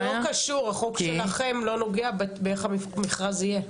לא קשור, החוק שלכם לא נוגע באיך המכרז יהיה.